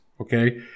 okay